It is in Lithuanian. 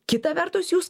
kita vertus jūs